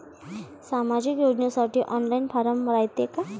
सामाजिक योजनेसाठी online form रायते का?